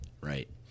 Right